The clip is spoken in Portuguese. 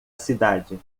cidade